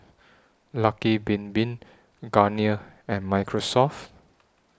Lucky Bin Bin Garnier and Microsoft